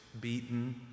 beaten